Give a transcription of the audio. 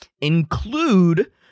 include